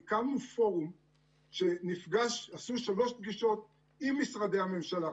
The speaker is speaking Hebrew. הקמנו פורום שקיים שלוש פגישות עם משרדי הממשלה,